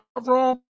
wrong